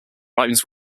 rhymes